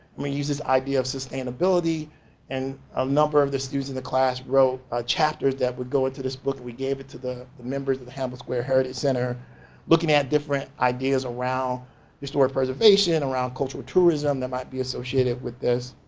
i mean, use this idea of sustainability and a number of the students in the class wrote a chapters that would go into this book and we gave it to the the members of the hannibal square heritage center looking at different ideas around historic preservation around cultural tourism that might be associated with this.